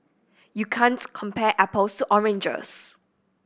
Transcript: you can't compare apples to oranges